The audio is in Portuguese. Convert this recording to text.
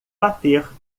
bater